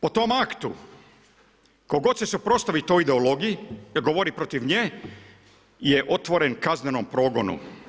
Po tom aktu ko god se suprotstavi toj ideologiji govori protiv nje je otvoren kaznenom progonu.